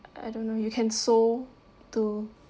I don't know you can saw too